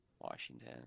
Washington